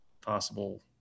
possible